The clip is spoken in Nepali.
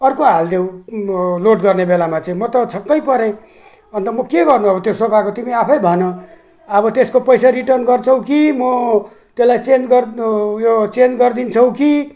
अर्को हालिदियौ लोड गर्ने बेलामा चाहिँ म त छक्कै परेँ अन्त म के गर्नु अब त्यो सोफाको तिमी आफै भन अब त्यसको पैसा रिटर्न गर्छौ कि म त्यसलाई चेन्ज गर्नु उयो चेन्ज गरिदिन्छौ कि